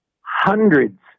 hundreds